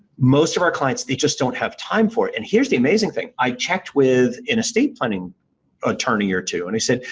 most of our clients they just don't have time for it. and here's the amazing thing. i checked with an estate planning attorney or two, and i said,